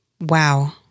Wow